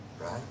right